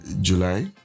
July